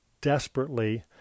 desperately